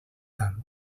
tant